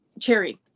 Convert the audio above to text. cherry